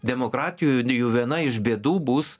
demokratijų jų viena iš bėdų bus